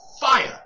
fire